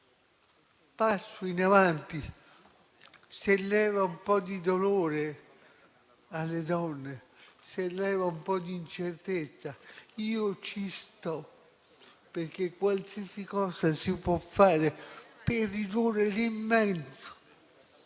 passo in avanti. Se leva un po' di dolore alle donne, se leva un po' di incertezza, io ci sto. Qualsiasi cosa si possa fare per ridurre l'immenso